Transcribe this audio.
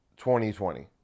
2020